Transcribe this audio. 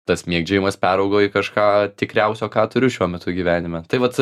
tas mėgdžiojimas peraugo į kažką tikriausio ką turiu šiuo metu gyvenime tai vat